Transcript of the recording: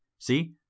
See